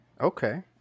Okay